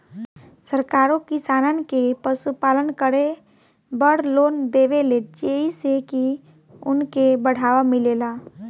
सरकारो किसानन के पशुपालन करे बड़ लोन देवेले जेइसे की उनके बढ़ावा मिलेला